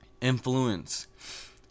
influence